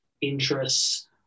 interests